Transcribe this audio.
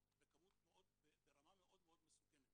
ברמה מאוד מאוד מסוכנת.